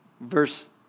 verse